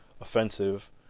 offensive